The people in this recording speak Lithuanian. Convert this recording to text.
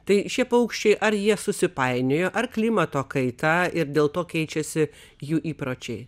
tai šie paukščiai ar jie susipainiojo ar klimato kaitą ir dėl to keičiasi jų įpročiai